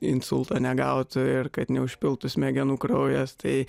insulto negautų ir kad neužpiltų smegenų kraujas tai